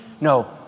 No